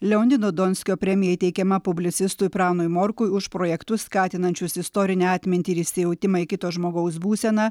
leonido donskio premija įteikiama publicistui pranui morkui už projektus skatinančius istorinę atmintį ir įsijautimą į kito žmogaus būseną